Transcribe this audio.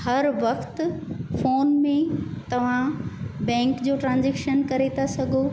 हर वक्त फोन में तव्हां बैंक जो ट्रांसेक्शन करे था सघो